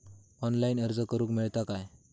Online अर्ज करूक मेलता काय?